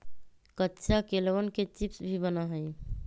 कच्चा केलवन के चिप्स भी बना हई